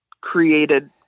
created